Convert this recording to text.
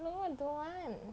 no I don't want